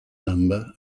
number